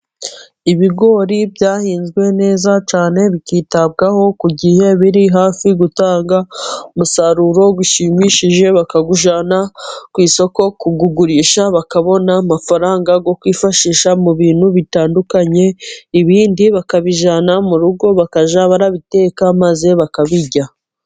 Ibigori byahinzwe neza cyane bikitabwaho ku gihe, biri hafi gutanga umusaruro ushimishije. Bakawujyana ku isoko kuwugurisha, bakabona amafaranga yo kwifashisha mu bintu bitandukanye, ibindi bakabijyana mu rugo bakajya babiteka maze bakabirya.